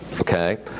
okay